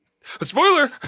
Spoiler